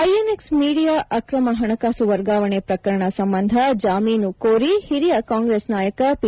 INX media ಅಕ್ರಮ ಹಣಕಾಸು ವರ್ಗಾವಣೆ ಪ್ರಕರಣ ಸಂಬಂಧ ಜಾಮೀನು ಕೋರಿ ಹಿರಿಯ ಕಾಂಗ್ರೆಸ್ ನಾಯಕ ಪಿ